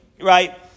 right